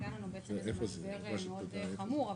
היה לנו משבר מאוד חמור,